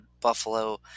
Buffalo